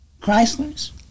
Chrysler's